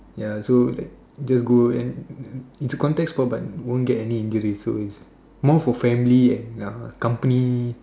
ya so like just go and it's a contact sports but won't get any injuries so it's more for family and company